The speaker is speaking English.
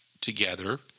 together